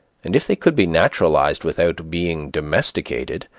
and if they could be naturalized without being domesticated,